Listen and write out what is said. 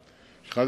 וגדלים,